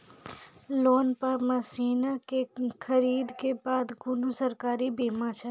Loan पर मसीनऽक खरीद के बाद कुनू सरकारी बीमा छै?